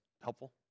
helpful